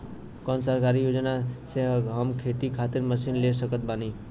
कौन सरकारी योजना से हम खेती खातिर मशीन ले सकत बानी?